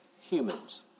humans